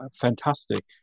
fantastic